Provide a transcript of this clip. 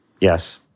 Yes